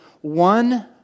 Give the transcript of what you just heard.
one